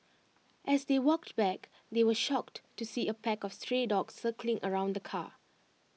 as they walked back they were shocked to see A pack of stray dogs circling around the car